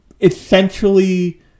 essentially